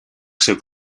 zeuk